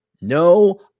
No